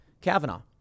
Kavanaugh